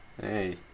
hey